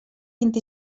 vint